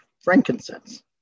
frankincense